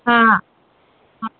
हा हा